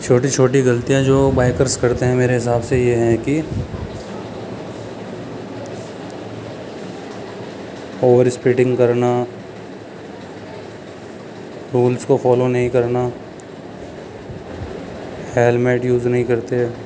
چھوٹی چھوٹی غلطیاں جو بائکرس کرتے ہیں میرے حساب سے یہ ہیں کہ اوور اسپیڈنگ کرنا رولس کو فالو نہیں کرنا ہیلمٹ یوز نہیں کرتے